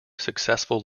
successful